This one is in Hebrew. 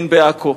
הן בעכו,